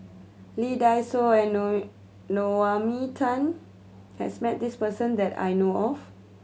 Lee Dai Soh and Tan has met this person that I know of